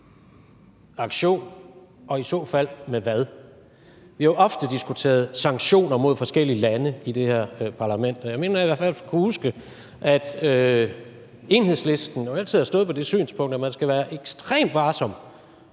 aktion, og i så fald med hvad? Vi har jo ofte diskuteret sanktioner mod forskellige lande i det her parlament, og jeg mener i hvert fald at kunne huske, at Enhedslisten altid har stået for det synspunkt, at man skal være ekstremt varsom